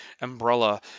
umbrella